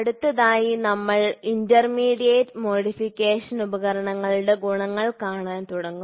അടുത്തതായി നമ്മൾ intermediate modification ഉപകരണങ്ങളുടെ ഗുണങ്ങൾ കാണാൻ തുടങ്ങും